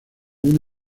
una